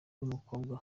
n’umukobwa